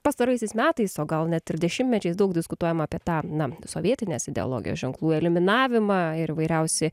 pastaraisiais metais o gal net ir dešimtmečiais daug diskutuojama apie tą na sovietinės ideologijos ženklų eliminavimą ir įvairiausi